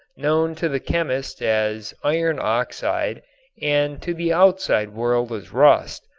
known to the chemist as iron oxide and to the outside world as rust,